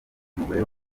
umugore